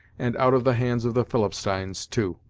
and out of the hands of the philipsteins, too.